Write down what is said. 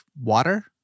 water